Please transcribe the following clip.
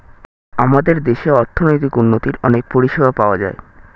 আমাদের দেশে অর্থনৈতিক উন্নতির অনেক পরিষেবা পাওয়া যায়